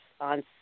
on